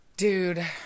Dude